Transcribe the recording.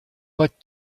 but